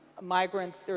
Migrants